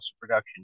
production